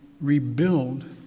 rebuild